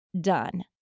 done